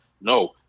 No